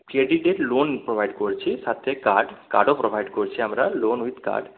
ক্রেডিটে loan provide করছি সাথে কার্ড কার্ডও প্রোভাইড করছি আমরা লোন উইথ কার্ড